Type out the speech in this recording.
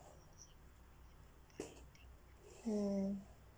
oh